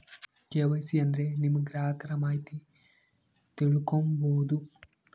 KYC ಅಂದ್ರೆ ನಿಮ್ಮ ಗ್ರಾಹಕರ ಮಾಹಿತಿ ತಿಳ್ಕೊಮ್ಬೋದು